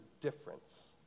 difference